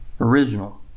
original